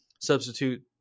substitute